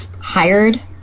hired